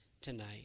tonight